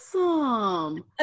awesome